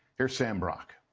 here's sam brock.